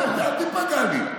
אל תיפגע לי,